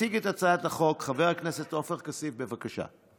יציג את הצעת החוק חבר הכנסת עופר כסיף, בבקשה.